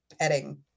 petting